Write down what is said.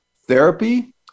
therapy